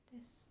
this